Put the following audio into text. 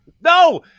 No